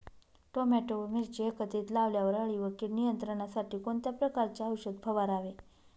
Tomato व मिरची एकत्रित लावल्यावर अळी व कीड नियंत्रणासाठी कोणत्या प्रकारचे औषध फवारावे?